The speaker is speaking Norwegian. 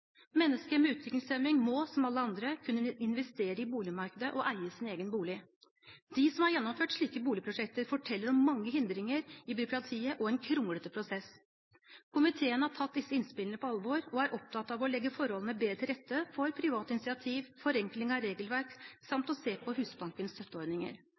Mennesker med utviklingshemning må, som alle andre, kunne investere i boligmarkedet og eie sin egen bolig. De som har gjennomført slike boligprosjekter, forteller om mange hindringer i byråkratiet og en kronglet prosess. Komiteen har tatt disse innspillene på alvor og er opptatt av å legge forholdene bedre til rette for privat initiativ, forenkling av regelverk samt å se på Husbankens støtteordninger.